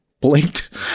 blinked